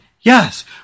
yes